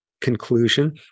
Conclusion